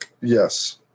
Yes